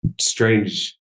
strange